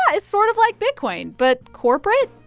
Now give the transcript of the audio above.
ah it's sort of like bitcoin, but corporate,